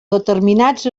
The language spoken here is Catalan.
determinats